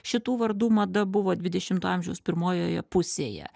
šitų vardų mada buvo dvidešimtojo amžiaus pirmojoje pusėje